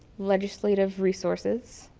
legislative resources.